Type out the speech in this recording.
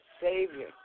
Savior